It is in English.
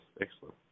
Excellent